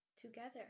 together